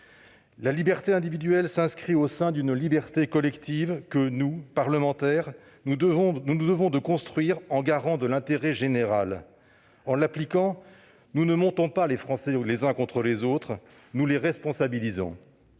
La liberté individuelle s'inscrit au sein d'une liberté collective que nous, parlementaires, nous nous devons de construire en garants de l'intérêt général. En l'appliquant, nous ne montons pas les Français les uns contre les autres, nous les responsabilisons.